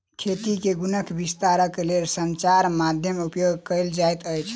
खेती के गुणक विस्तारक लेल संचार माध्यमक उपयोग कयल जाइत अछि